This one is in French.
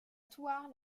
thouars